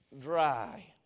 dry